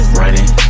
running